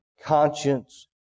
conscience